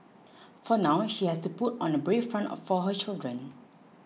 for now she has to put on a brave front of for her children